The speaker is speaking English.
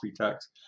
text